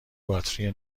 باتری